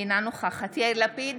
אינה נוכחת יאיר לפיד,